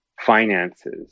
finances